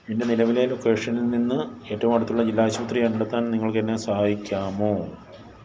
എൻ്റെ നിലവിലെ ലൊക്കേഷനിൽ നിന്ന് ഏറ്റവുമടുത്തുള്ള ജില്ലാ ആശുപത്രി കണ്ടെത്താൻ നിങ്ങൾക്കെന്നെ സഹായിക്കാമോ